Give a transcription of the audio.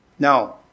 Now